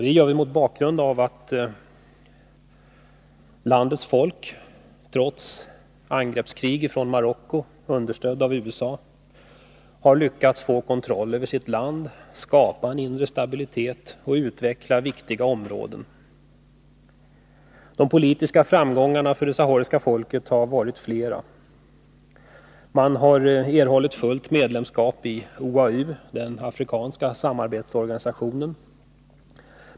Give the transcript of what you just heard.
Det gör vi mot bakgrund av att landets folk trots angreppskrig från Marocko, understött av USA, har lyckats få kontroll över sitt land, skapa en inre stabilitet och utveckla viktiga områden. De politiska framgångarna för det sahariska folket har varit flera. Man har erhållit fullt medlemskap i OAU, den afrikanska samarbetsorganisationen.